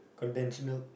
conventional